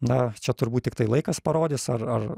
na čia turbūt tiktai laikas parodys ar ar